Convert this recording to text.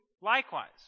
likewise